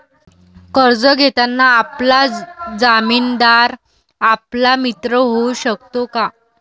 कर्ज घेताना आपला जामीनदार आपला मित्र होऊ शकतो का?